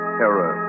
terror